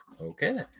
Okay